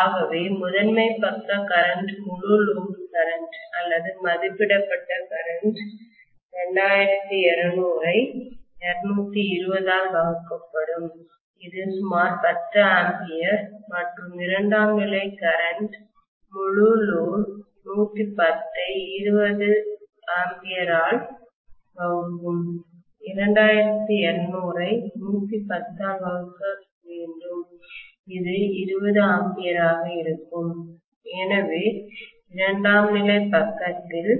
ஆகவே முதன்மை பக்க கரண்ட் முழு லோடு கரெண்ட் அல்லது மதிப்பிடப்பட்ட கரண்ட் 2200 ஐ 220 ஆல் வகுக்கப்படும் இது சுமார் 10A மற்றும் இரண்டாம் நிலை கரண்ட் முழு லோடு 110 ஐ 20 A ஆல் வகுக்கும் 2200 ஐ 110 ஆல் வகுக்க வேண்டும் இது 20 A ஆக இருக்கும் எனவே இரண்டாம் நிலை பக்கத்தில்